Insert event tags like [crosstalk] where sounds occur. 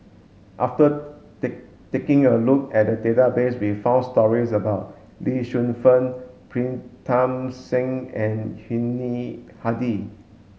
after [unintelligible] taking a look at the database we found stories about Lee Shu Fen Pritam Singh and Yuni Hadi